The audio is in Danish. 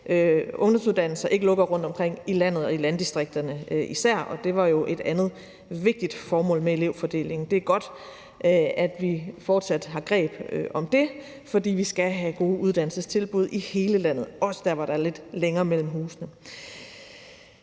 ungdomsuddannelser lukker rundtomkring i landet og især i landdistrikterne. Det var jo et andet vigtigt formål med elevfordelingen. Det er godt, at vi fortsat har greb om det, for vi skal have gode uddannelsestilbud i hele landet, også der, hvor der er lidt længere mellem husene.